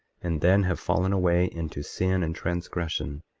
and then have fallen away into sin and transgression,